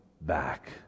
back